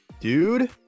dude